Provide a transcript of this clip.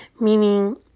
meaning